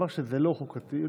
ואמר שזה לא חוקתי.